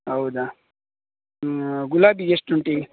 ಹೌದಾ ಗುಲಾಬಿ ಎಷ್ಟು ಉಂಟು ಈಗ